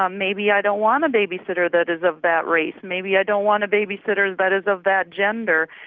um maybe i don't want a babysitter that is of that race. maybe i don't want a babysitter that is of that gender.